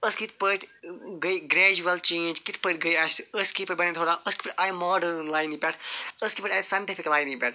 أسۍ کِتھ پٲٹھۍ گٔے گرٛیجول چینٛج کِتھ پٲٹھۍ گٔے اسہِ أسۍ کِتھ پٲٹھۍ بنیٚے تھوڑا أسۍ کِتھ پٲٹھۍ آیہِ ماڈٔرٕن لاینہِ پٮ۪ٹھ أسۍ کِتھ پٲٹھۍ آیہِ ساینٹِفِک لاینہِ پٮ۪ٹھ